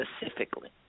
specifically